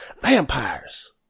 Vampires